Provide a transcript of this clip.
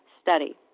study